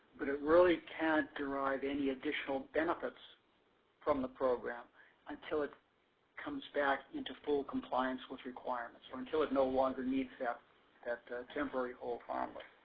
but it really cant drive any additional benefits from the program until it comes back into full compliance with requirements or until it no longer needs that that temporary hold harmless.